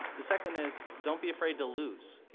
the second is, don't be afraid to lose. you